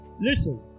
Listen